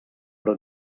però